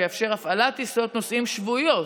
שיאפשר הפעלת טיסות נוסעים שבועיות,